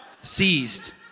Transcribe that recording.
Seized